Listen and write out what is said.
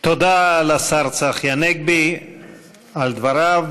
תודה לשר צחי הנגבי על דבריו,